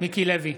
מיקי לוי,